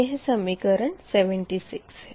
यह समीकरण 76 है